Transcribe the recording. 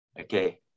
Okay